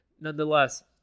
Nonetheless